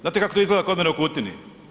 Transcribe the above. Znate kako izgleda kod mene u Kutini?